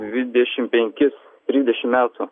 dvidešimt penkis trisdešim metų